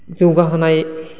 जौगाहोनाय